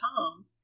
Tom